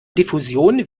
diffusion